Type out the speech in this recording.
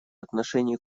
отношении